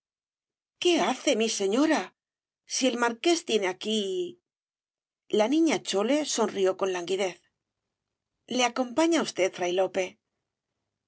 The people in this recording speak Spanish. qué hace mi señora si el noble marqués tiene aquí la niña chole sonrió con languidez le acompaña usted fray lope